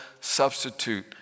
substitute